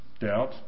doubt